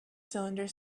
cylinder